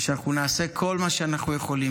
ושאנחנו נעשה כל מה שאנחנו יכולים,